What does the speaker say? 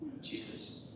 Jesus